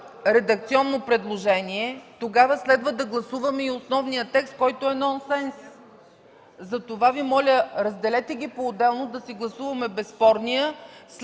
редакционно предложение, тогава следва да гласуваме и основния текст, който е нонсенс. Моля Ви, разделете ги поотделно – да си гласуваме безспорния,